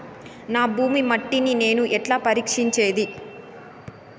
నా భూమి మట్టిని నేను ఎట్లా పరీక్షించేది?